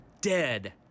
dead